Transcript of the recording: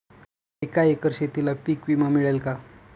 एका एकर शेतीला पीक विमा मिळेल का?